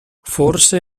forse